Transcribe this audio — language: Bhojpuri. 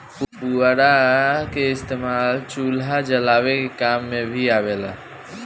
पुअरा के इस्तेमाल चूल्हा जरावे के काम मे भी आवेला